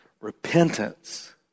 Repentance